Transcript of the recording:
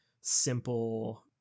simple